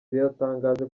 biratangaje